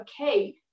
okay